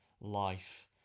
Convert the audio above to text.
life